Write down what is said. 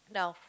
now